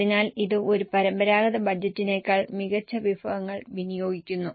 അതിനാൽ ഇത് ഒരു പരമ്പരാഗത ബജറ്റിനേക്കാൾ മികച്ച വിഭവങ്ങൾ വിനിയോഗിക്കുന്നു